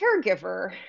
caregiver